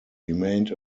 remained